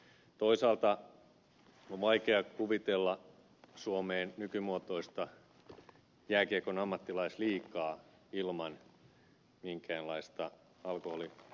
toisaalta on vaikea kuvitella suomeen nykymuotoista jääkiekon ammattilaisliigaa ilman minkäänlaista alkoholimarkkinointia